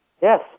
Yes